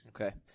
Okay